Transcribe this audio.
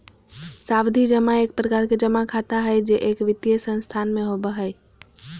सावधि जमा एक प्रकार के जमा खाता हय जे एक वित्तीय संस्थान में होबय हय